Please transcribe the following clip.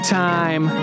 time